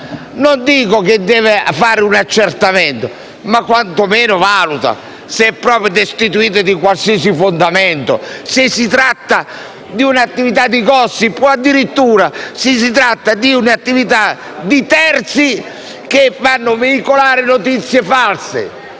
debba svolgere un accertamento ma quanto meno valutare se è proprio destituita di qualsiasi fondamento, se si tratta di un'attività di *gossip* o addirittura se si tratta di un'attività di terzi che fanno veicolare notizie false.